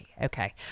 Okay